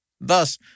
Thus